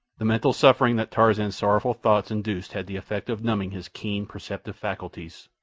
the mental suffering that tarzan's sorrowful thoughts induced had the effect of numbing his keen, perceptive faculties,